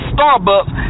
Starbucks